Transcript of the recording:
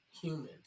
humans